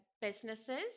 businesses